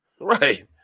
Right